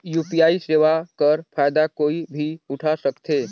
UPI सेवा कर फायदा कोई भी उठा सकथे?